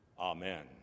Amen